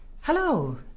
Hello